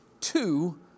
two